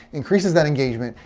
increases that engagement,